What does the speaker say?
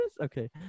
okay